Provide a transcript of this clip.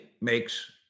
makes